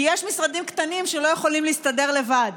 כי יש משרדים קטנים שלא יכולים להסתדר לבד,